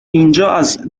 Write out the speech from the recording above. اینجااز